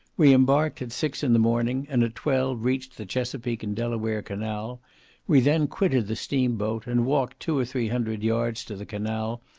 we embarked at six in the morning, and at twelve reached the chesapeak and delaware canal we then quitted the steam-boat, and walked two or three hundred yards to the canal,